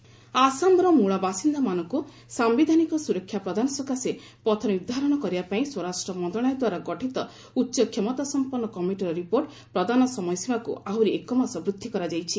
home committee ଆସାମର ମୂଳ ବାସିନ୍ଦାମାନଙ୍କୁ ସାୟିଧାନିକ ସୁରକ୍ଷା ପ୍ରଦାନ ସକାଶେ ପଥ ନିର୍ଦ୍ଧାରଣ କରିବା ପାଇଁ ସ୍ୱରାଷ୍ଟ୍ର ମନ୍ତ୍ରଶାଳୟ ଦ୍ୱାରା ଗଠିତ ଉଚ୍ଚ କ୍ଷମତାସମ୍ପନ୍ନ କମିଟିର ରିପୋର୍ଟ ପ୍ରଦାନ ସମୟ ସୀମାକୁ ଆହୁରି ଏକ ମାସ ବୂଦ୍ଧି କରାଯାଇଛି